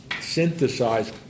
synthesize